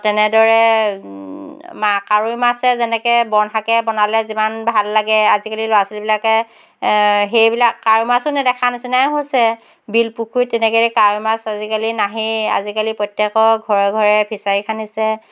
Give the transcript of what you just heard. তেনেদৰে মা কাৱৈ মাছে যেনেকৈ বনশাকে বনালে যিমান ভাল লাগে আজিকালি ল'ৰা ছোৱালীবিলাকে সেইবিলাক কাৱৈ মাছো নেদেখা নিচিনাই হৈছে বিল পুখুৰীত তেনেকৈ দি কাৱৈ মাছ আজিকালি নাহেই আজিকালি প্ৰত্যেকৰ ঘৰে ঘৰে ফিছাৰী খানিছে